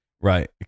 Right